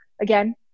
Again